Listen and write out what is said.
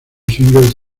single